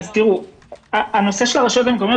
הנושא של הרשויות המקומיות